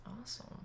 Awesome